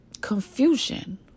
confusion